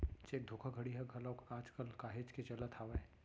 cheque धोखाघड़ी ह घलोक आज कल काहेच के चलत हावय